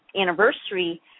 anniversary